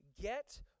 Get